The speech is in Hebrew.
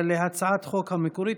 להצעת החוק המקורית,